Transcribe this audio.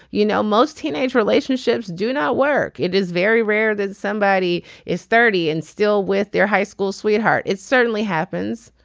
you know most teenage relationships do not work. it is very rare that somebody is thirty and still with their high school sweetheart. it certainly happens.